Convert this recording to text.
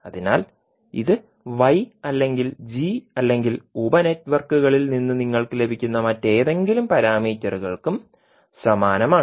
അതിനാൽ ഇത് y അല്ലെങ്കിൽ g അല്ലെങ്കിൽ ഉപ നെറ്റ്വർക്കുകളിൽ നിന്ന് നിങ്ങൾക്ക് ലഭിക്കുന്ന മറ്റേതെങ്കിലും പാരാമീറ്ററുകൾക്കും സമാനമാണ്